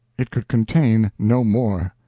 it could contain no more.